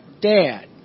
Dad